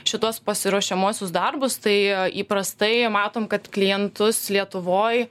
šituos pasiruošiamuosius darbus tai įprastai matom kad klientus lietuvoj